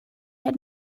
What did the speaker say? had